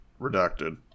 Redacted